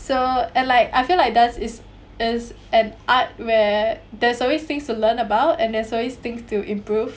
so and like I feel like dance is is an art where there's always things to learn about and there's always things to improve